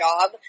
job